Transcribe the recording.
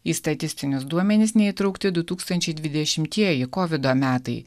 į statistinius duomenis neįtraukti du tūkstančiai dvidešimtieji kovido metai